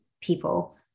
people